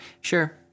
sure